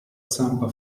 zampa